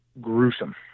gruesome